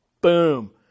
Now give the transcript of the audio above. boom